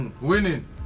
Winning